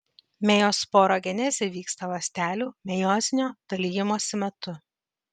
mejosporogenezė vyksta ląstelių mejozinio dalijimosi metu